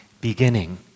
beginning